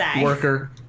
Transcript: worker